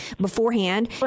beforehand